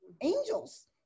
angels